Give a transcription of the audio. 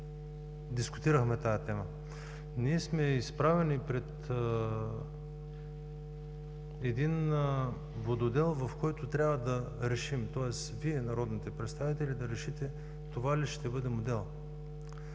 дискутирахме тази тема. Ние сме изправени пред един вододел, в който трябва да решим, тоест Вие, народните представители, да решите това ли ще бъде моделът.